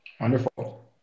Wonderful